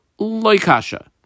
loikasha